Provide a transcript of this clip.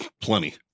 Plenty